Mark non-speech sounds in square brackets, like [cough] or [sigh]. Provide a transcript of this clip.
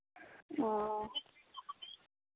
ᱚ [unintelligible]